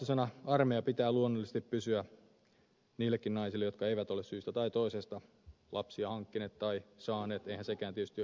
vapaaehtoisena armeijan pitää luonnollisesti pysyä niillekin naisille jotka eivät ole syystä tai toisesta lapsia hankkineet tai saaneet eihän sekään tietysti itsestäänselvyys ole